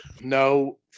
No